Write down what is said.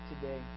today